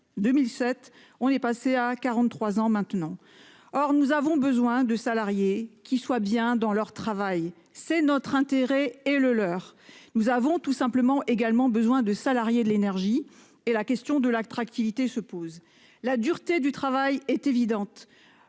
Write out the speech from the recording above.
2007, on est passé à 43 ans. Or nous avons besoin de salariés qui se sentent bien dans leur travail ; c'est notre intérêt et c'est le leur. Nous avons tout simplement besoin de salariés de l'énergie et la question de l'attractivité se pose. La dureté du travail est évidente